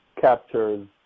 captures